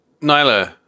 Nyla